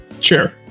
Sure